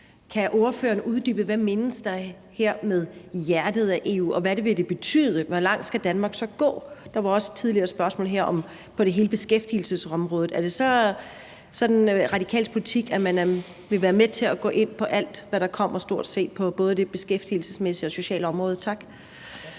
Kan ordføreren uddybe, hvad der her menes med hjertet af EU, og hvad det vil betyde? Hvor langt skal Danmark så gå? Der var også tidligere spørgsmål her om hele beskæftigelsesområdet. Er det så Radikales politik, at man vil være med til at gå ind på stort set alt, hvad der kommer på både det beskæftigelsesmæssige og det sociale område? Tak.